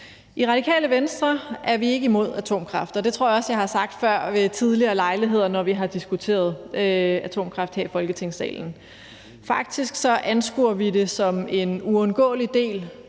I Radikale Venstre er vi ikke imod atomkraft, og det tror jeg også jeg har sagt før ved tidligere lejligheder, når vi har diskuteret atomkraft her i Folketingssalen. Faktisk anskuer vi det som en uundgåelig del